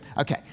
Okay